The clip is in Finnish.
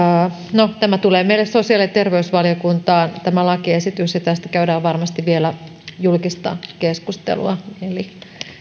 no tämä lakiesitys tulee meille sosiaali ja terveysvaliokuntaan ja tästä käydään varmasti vielä julkista keskustelua eli